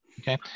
Okay